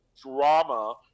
drama